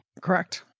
Correct